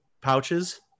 pouches